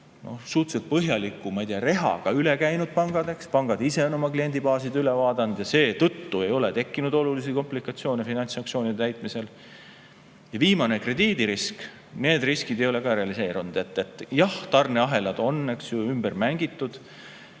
suhteliselt põhjaliku rehaga pangad üle käinud. Pangad ise on oma kliendibaasid üle vaadanud ja seetõttu ei ole tekkinud olulisi komplikatsioone finantssanktsioonide täitmisel. Ja viimane, krediidirisk. Need riskid ei ole ka realiseerunud. Jah, tarneahelad on ümber mängitud.